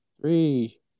Three